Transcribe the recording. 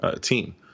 team